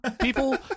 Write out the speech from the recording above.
people